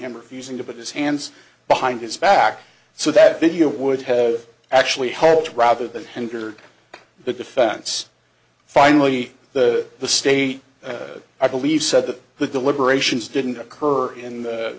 him refusing to put his hands behind his back so that video would have actually helped rather than anger the defense finally the the state i believe said that the deliberations didn't occur in the